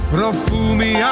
Profumi